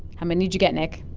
how many did you get, nick?